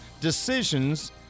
decisions